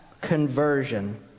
conversion